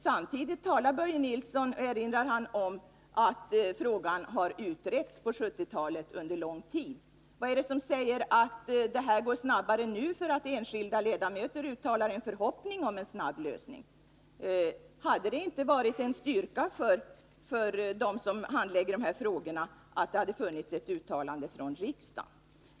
Samtidigt erinrar Börje Nilsson om att frågan har utretts under lång tid på 1970-talet. Vad är det som säger att det går snabbare nu därför att enskilda ledamöter uttalar en förhoppning om en snabb lösning? Hade det inte varit en styrka för dem som handlägger dessa frågor att det hade funnits ett uttalande från riksdagen?